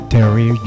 Terry